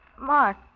Mark